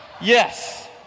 yes